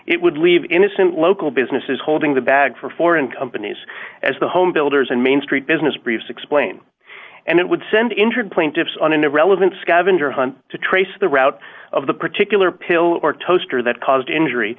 it would leave innocent local businesses holding the bag for foreign companies as the home builders and main street business briefs explain and it would send injured plaintiffs on an irrelevant scavenger hunt to trace the route of the particular pill or toaster that caused injury